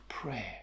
Prayer